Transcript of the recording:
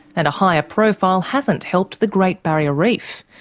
and a higher profile hasn't helped the great barrier reef.